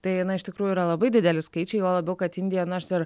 tai na iš tikrųjų yra labai dideli skaičiai juo labiau kad indija nors ir